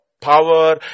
power